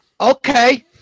okay